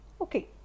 okay